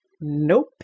Nope